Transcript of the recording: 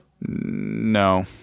No